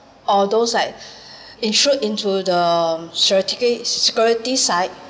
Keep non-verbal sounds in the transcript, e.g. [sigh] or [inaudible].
or those like [breath] intrude into the security side